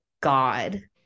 god